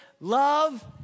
Love